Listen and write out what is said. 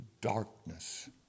darkness